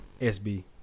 SB